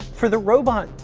for the robot,